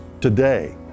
today